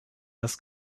das